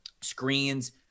screens